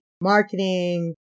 marketing